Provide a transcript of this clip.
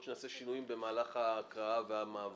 שנעשה שינויים במהלך ההקראה והמעברים.